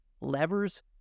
levers